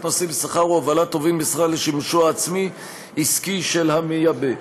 נוסעים בשכר או הובלת טובין בשכר לשימושו העצמי-עסקי של המייבא.